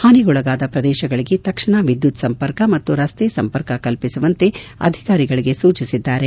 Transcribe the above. ಹಾನಿಗೊಳಗಾದ ಪ್ರದೇಶಗಳಿಗೆ ತಕ್ಷಣ ವಿದ್ಯುತ್ ಸಂಪರ್ಕ ಮತ್ತು ರಸ್ತೆ ಸಂಪರ್ಕ ಕಲ್ಪಿಸುವಂತೆ ಅಧಿಕಾರಿಗಳಿಗೆ ಸೂಚನೆ ನೀಡಿದ್ದಾರೆ